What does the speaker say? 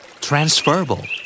Transferable